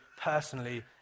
personally